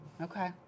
Okay